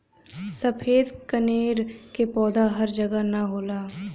सफ़ेद कनेर के पौधा हर जगह ना होला